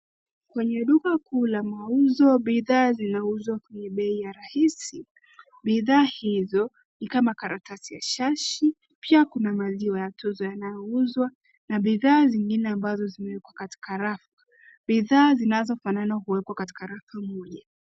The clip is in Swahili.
Kwenye duka kuu la mauzo, bidhaa zinauzwa kwenye bei ya rahisi. Bidhaa hizo ni kama karatasi ya shashi, pia kuna maziwa ya Tuzo yanayouzwa na bidhaa zingine ambazo zimewekwa katika rafa. Bidhaa zinazofanana huwekwa katika rafu moja.